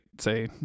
say